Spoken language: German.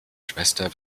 schwester